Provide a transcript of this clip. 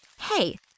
Hey